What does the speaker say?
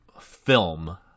film